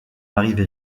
arrive